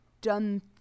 done